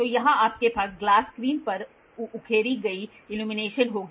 तो यहाँ आपके पास ग्लास स्क्रीन पर उकेरी गई इल्यूमिनेशन होगी